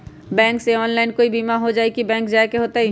Bank से online कोई बिमा हो जाई कि बैंक जाए के होई त?